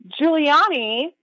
giuliani